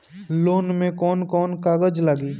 Loan में कौन कौन कागज लागी?